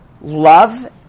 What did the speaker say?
Love